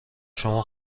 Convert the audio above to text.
شما